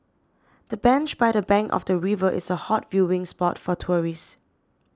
the bench by the bank of the river is a hot viewing spot for tourists